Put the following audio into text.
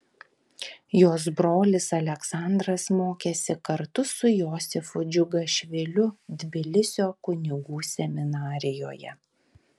jos brolis aleksandras mokėsi kartu su josifu džiugašviliu tbilisio kunigų seminarijoje